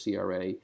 CRA